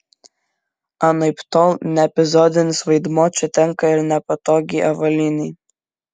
anaiptol ne epizodinis vaidmuo čia tenka ir nepatogiai avalynei